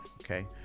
okay